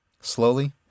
Slowly